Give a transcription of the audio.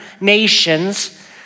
nations